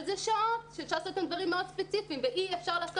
אבל אלה שעות שאפשר לעשות אתם דברים מאוד ספציפיים ואי אפשר לעשות